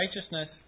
Righteousness